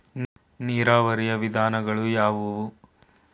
ನೀರಾವರಿಯ ವಿಧಾನಗಳು ಯಾವುವು?